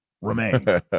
remain